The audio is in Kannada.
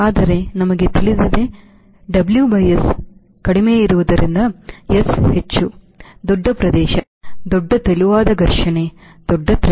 ಆದರೆ ನಮಗೆ ತಿಳಿದಿದೆ S ಕಡಿಮೆ ಇರುವುದರಿಂದ S ಹೆಚ್ಚು ದೊಡ್ಡ ಪ್ರದೇಶ ದೊಡ್ಡ ತೆಳುವಾದ ಘರ್ಷಣೆ ದೊಡ್ಡ Thrust